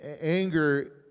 anger